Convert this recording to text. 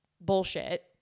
bullshit